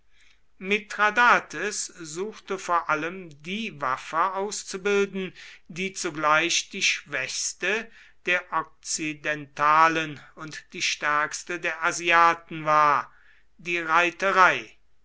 mithradates suchte vor allem die waffe auszubilden die zugleich die schwächste der okzidentalen und die stärkste der asiaten war die reiterei